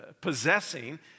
possessing